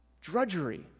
Drudgery